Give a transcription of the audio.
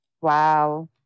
Wow